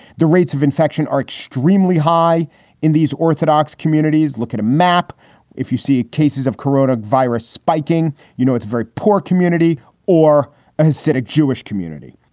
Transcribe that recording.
the rates of infection are extremely high in these orthodox communities. look at a map if you see cases of corona virus spiking. you know, it's a very poor community or has set a jewish community.